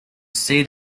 see